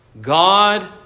God